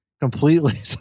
completely